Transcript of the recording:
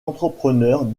entrepreneurs